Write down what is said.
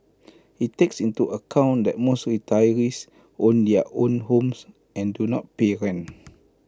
IT takes into account that most retirees own their own homes and do not pay rent